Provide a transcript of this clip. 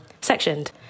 sectioned